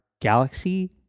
galaxy